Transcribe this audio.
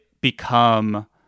become